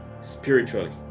spiritually